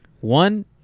One